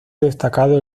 destacado